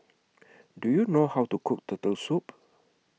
Do YOU know How to Cook Turtle Soup